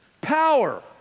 power